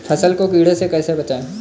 फसल को कीड़े से कैसे बचाएँ?